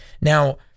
now